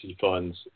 funds